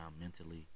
mentally